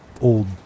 old